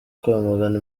kwamagana